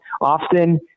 often